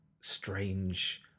strange